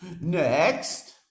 Next